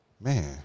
Man